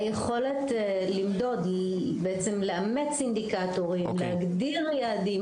היכולת בעצם לאמץ אינדיקטורים ולהגדיר יעדים.